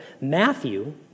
Matthew